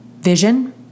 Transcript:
vision